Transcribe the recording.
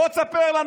בוא תספר לנו.